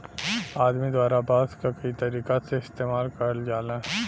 आदमी द्वारा बांस क कई तरीका से इस्तेमाल करल जाला